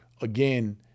again